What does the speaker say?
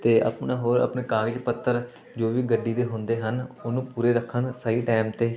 ਅਤੇ ਆਪਣਾ ਹੋਰ ਆਪਣੇ ਕਾਗਜ਼ ਪੱਤਰ ਜੋ ਵੀ ਗੱਡੀ ਦੇ ਹੁੰਦੇ ਹਨ ਉਹਨੂੰ ਪੂਰੇ ਰੱਖਣ ਸਹੀ ਟੈਮ 'ਤੇ